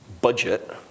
budget